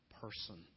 person